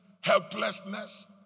helplessness